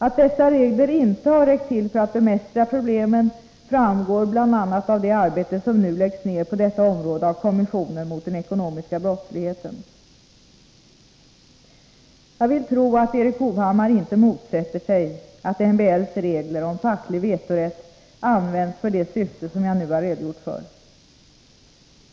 Att dessa regler inte har räckt till för att bemästra problemen framgår bl.a. av det arbete som nu läggs ner på detta område av kommissionen mot den ekonomiska brottsligheten. 69 Jag vill tro att Erik Hovhammar inte motsätter sig att MBL:s regler om facklig vetorätt används för det syfte som jag nu har redogjort för.